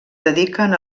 dediquen